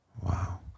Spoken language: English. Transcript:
wow